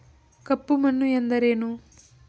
ಕಪ್ಪು ಮಣ್ಣು ಎಂದರೇನು?